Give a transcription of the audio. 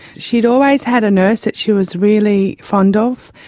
she had always had a nurse that she was really fond of,